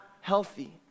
healthy